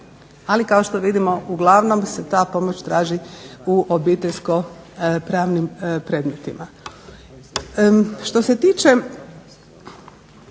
ali kao što vidimo uglavnom se ta pomoć traži u obiteljsko-pravnim predmetima.